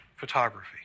photography